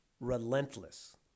relentless